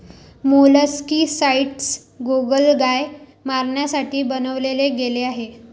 molluscicides गोगलगाय मारण्यासाठी बनवले गेले आहे